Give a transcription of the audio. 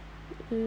mm